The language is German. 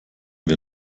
wir